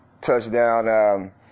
Touchdown